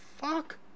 fuck